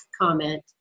comment